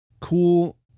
Cool